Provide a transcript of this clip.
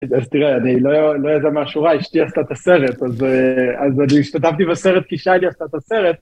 אז תראה, אני לא... לא יודע מה השורה. אשתי עשתה את הסרט, אז אה... אז אני השתתפתי בסרט כי שי-לי עשתה את הסרט.